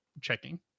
checking